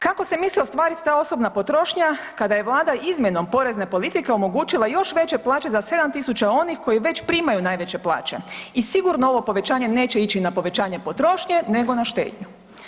Kako se misli ostvariti ta osobna potrošnja kada je Vlada izmjenom porezne politike omogućila još veće plaće za 7.000 onih koji već primaju najveće plaće i sigurno ovo povećanje neće ići na povećanje potrošnje nego na štednju.